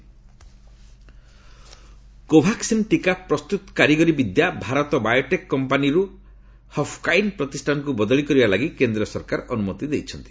କୋଭାକ୍ସିନ୍ କୋଭାକ୍ସିନ୍ ଟିକା ପ୍ରସ୍ତୁତି କାରିଗରୀ ବିଦ୍ୟା ଭାରତ ବାୟୋଟେକ୍ କମ୍ପାନୀରୁ ହଫ୍କାଇନ୍ ପ୍ରତିଷ୍ଠାକୁ ବଦଳି କରିବା ଲାଗି କେନ୍ଦ୍ର ସରକାର ଅନୁମତି ଦେଇଛନ୍ତି